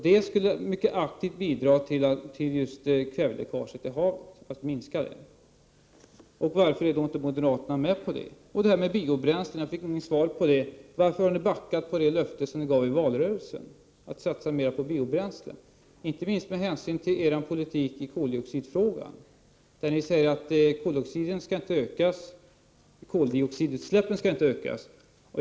Det skulle mycket aktivt bidra till att minska kväveläckaget till havet. Varför är inte moderaterna med på det? Jag fick inget svar på frågan varför moderaterna har backat från sitt löfte i valrörelsen om att satsa mera på biobränslen. Ni säger att koldioxidutsläppen inte skall öka.